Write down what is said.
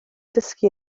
dysgu